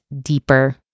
deeper